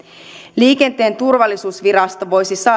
liikenteen turvallisuusvirasto voisi